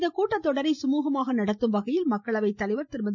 இக்கூட்டத்தொடரை சுமூகமாக நடத்தும்வகையில் மக்களவைத் தலைவர் திருமதி